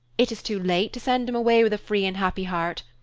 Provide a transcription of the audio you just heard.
it is too late to send him away with a free and happy heart.